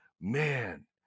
Man